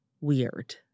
weird